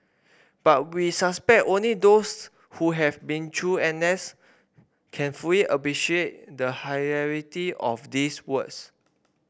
but we suspect only those who have been through N S can fully appreciate the hilarity of these words